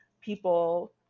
people